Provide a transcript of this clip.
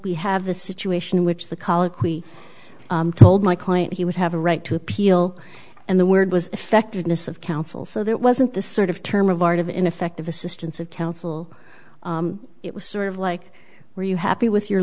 we have the situation in which the colloquy told my client he would have a right to appeal and the word was effectiveness of counsel so that wasn't the sort of term of art of ineffective assistance of counsel it was sort of like were you happy with your